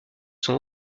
sont